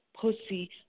pussy